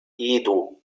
edo